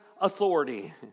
authority